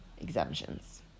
exemptions